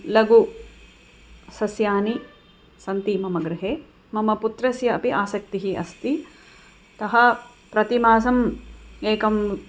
लघु सस्यानि सन्ति मम गृहे मम पुत्रस्य अपि आसक्तिः अस्ति अतः प्रतिमासम् एकम्